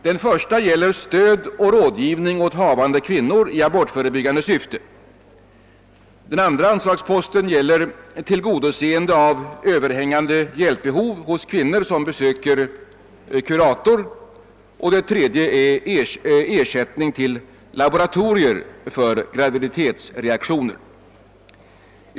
Den första gäller stöd till rådgivning åt havande kvinnor i abortförebyggande syfte, den andra anslagsposten gäller tillgodoseende av överhängande hjälpbehov hos kvinnor som besöker kurator och den tredje gäller ersättning till laboratorier för graviditetsreaktioner.